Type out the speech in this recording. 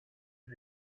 این